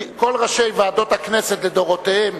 כדאי שכל ראשי ועדת הכנסת לדורותיהם